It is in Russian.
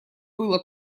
было